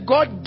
God